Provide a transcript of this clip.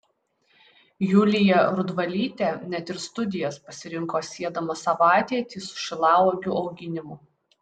julija rudvalytė net ir studijas pasirinko siedama savo ateitį su šilauogių auginimu